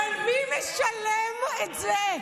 אבל מי משלם את זה?